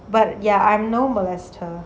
but ya I no molester